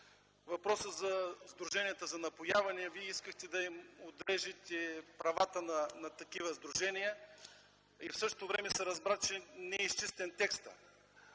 въпроса за сдруженията за напояване, вие искахте да отрежете правата на такива сдружения. В същото време се разбра, че текстът не е изчистен.